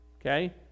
okay